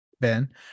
Ben